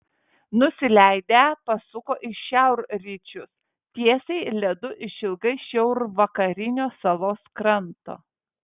nusileidę pasuko į šiaurryčius tiesiai ledu išilgai šiaurvakarinio salos kranto